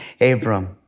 Abram